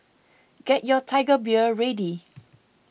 get your Tiger Beer ready